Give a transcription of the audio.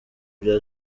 bya